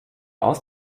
aus